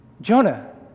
Jonah